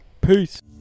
Peace